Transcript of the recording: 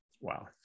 wow